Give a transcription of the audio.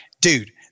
dude